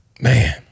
man